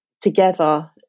together